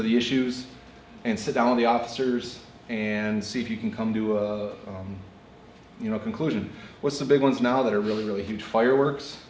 to the issues instead of the officers and see if you can come to a of you know conclusion what's the big ones now that are really really huge fireworks